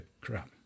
crap